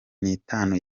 nitanu